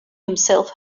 himself